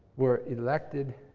were elected